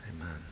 amen